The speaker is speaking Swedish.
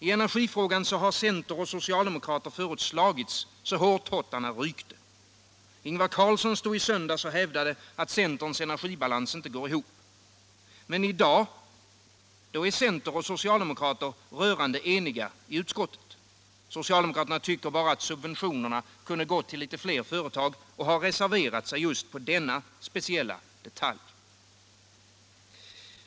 I energifrågan har centerpartister och socialdemokrater tidigare slagits så att hårtottarna rykt. Ingvar Carlsson stod i söndags och hävdade att centerns energibalans inte går ihop. Men i dag är centerpartister och socialdemokrater rörande eniga i utskottet. Socialdemokraterna tycker bara att subventionerna kunde ha gått till litet fler företag och har reserverat sig just i fråga om denna speciella detalj.